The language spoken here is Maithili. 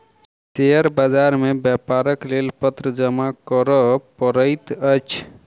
शेयर बाजार मे व्यापारक लेल पत्र जमा करअ पड़ैत अछि